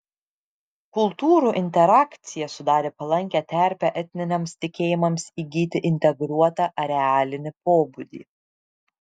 kultūrų interakcija sudarė palankią terpę etniniams tikėjimams įgyti integruotą arealinį pobūdį